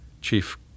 chief